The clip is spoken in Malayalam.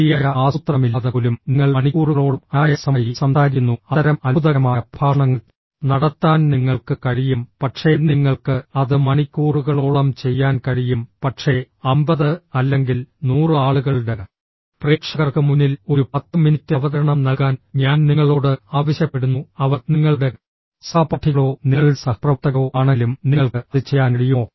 ശരിയായ ആസൂത്രണമില്ലാതെ പോലും നിങ്ങൾ മണിക്കൂറുകളോളം അനായാസമായി സംസാരിക്കുന്നു അത്തരം അത്ഭുതകരമായ പ്രഭാഷണങ്ങൾ നടത്താൻ നിങ്ങൾക്ക് കഴിയും പക്ഷേ നിങ്ങൾക്ക് അത് മണിക്കൂറുകളോളം ചെയ്യാൻ കഴിയും പക്ഷേ 50 അല്ലെങ്കിൽ 100 ആളുകളുടെ പ്രേക്ഷകർക്ക് മുന്നിൽ ഒരു പത്ത് മിനിറ്റ് അവതരണം നൽകാൻ ഞാൻ നിങ്ങളോട് ആവശ്യപ്പെടുന്നു അവർ നിങ്ങളുടെ സഹപാഠികളോ നിങ്ങളുടെ സഹപ്രവർത്തകരോ ആണെങ്കിലും നിങ്ങൾക്ക് അത് ചെയ്യാൻ കഴിയുമോ